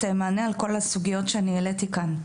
מענה על כל הסוגיות שאני העליתי כאן.